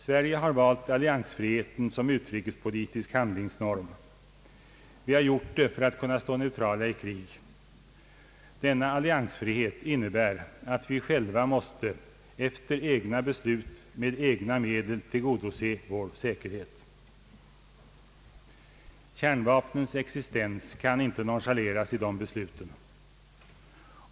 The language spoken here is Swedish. Sverige har valt alliansfriheten som utrikespolitisk handlingsnorm. Vi har gjort det för att kunna stå neutrala i krig. Denna alliansfrihet innebär att vi själva måste, efter egna beslut, med egna medel tillgodose vår säkerhet. Kärnvapnens existens kan inte nonchaleras i de besluten.